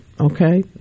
Okay